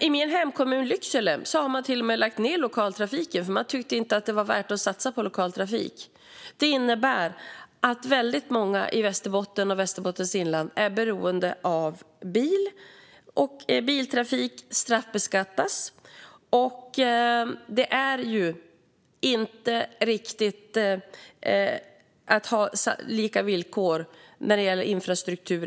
I min hemkommun Lycksele har man till och med lagt ned lokaltrafiken, för man tyckte inte att det var värt att satsa på lokaltrafik. Det innebär att väldigt många i Västerbotten och Västerbottens inland är beroende av bil, och biltrafik straffbeskattas. Det är inte riktigt att ha samma villkor i hela landet när det gäller infrastruktur.